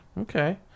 okay